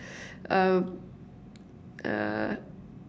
um uh